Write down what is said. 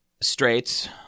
straits